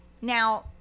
now